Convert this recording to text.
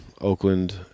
Oakland